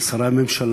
על שרי הממשלה,